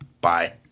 Bye